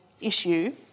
issue